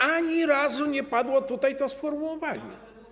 Ani razu nie padło tutaj to sformułowanie.